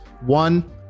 one